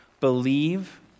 believe